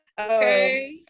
Okay